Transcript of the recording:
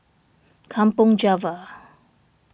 Kampong Java